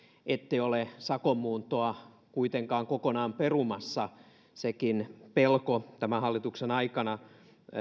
ette ole sakon muuntoa kuitenkaan kokonaan perumassa sekin pelko tämän hallituksen aikana